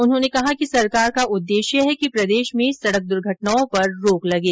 उन्होंने कहा कि सरकार का उद्देश्य है कि प्रदेश में सड़क दुर्घटनाओं पर रोक लगे